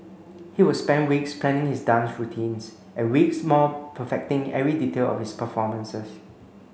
he would spend weeks planning his dance routines and weeks more perfecting every detail of his performances